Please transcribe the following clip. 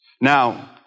Now